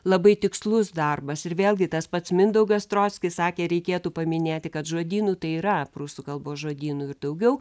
labai tikslus darbas ir vėlgi tas pats mindaugas strockis sakė reikėtų paminėti kad žodynų tai yra prūsų kalbos žodynų ir daugiau